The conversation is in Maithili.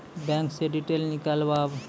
बैंक से डीटेल नीकालव?